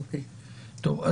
טוב,